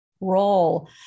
role